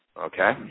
Okay